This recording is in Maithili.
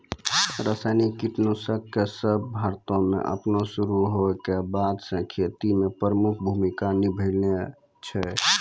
रसायनिक कीटनाशक सभ भारतो मे अपनो शुरू होय के बादे से खेती मे प्रमुख भूमिका निभैने छै